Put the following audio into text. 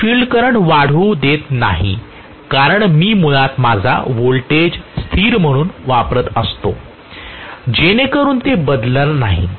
मी field current वाढवू देत नाही कारण मी मुळात माझा व्होल्टेज स्थिर म्हणून वापरत असतो जेणेकरून ते बदलणार नाही